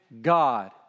God